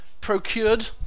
Procured